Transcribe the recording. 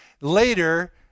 later